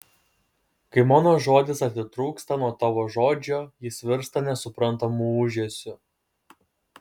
kai mano žodis atitrūksta nuo tavo žodžio jis virsta nesuprantamu ūžesiu